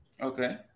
Okay